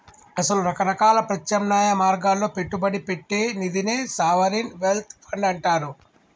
అసల రకరకాల ప్రత్యామ్నాయ మార్గాల్లో పెట్టుబడి పెట్టే నిదినే సావరిన్ వెల్త్ ఫండ్ అంటారు